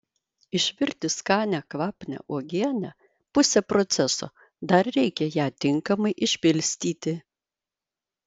išvirti skanią kvapnią uogienę pusė proceso dar reikia ją tinkamai išpilstyti